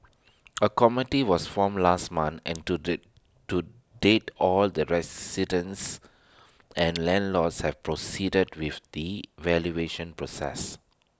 A committee was formed last month and to day to date all the residents and landlords have proceeded with the valuation process